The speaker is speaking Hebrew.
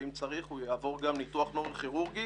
ואם צריך הוא יעבור גם ניתוח נוירו-כירורגי